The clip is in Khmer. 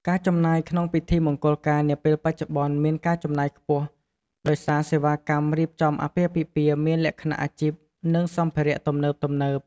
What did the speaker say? ការចំណាយក្នុងពិធីមង្គលការនាពេលបច្ចុប្បន្ន មានការចំណាយខ្ពស់ ដោយសារសេវាកម្មរៀបចំអាពាហ៍ពិពាហ៍មានលក្ខណៈអាជីព និងសម្ភារៈទំនើបៗ។